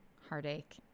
heartache